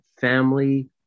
family